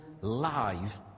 live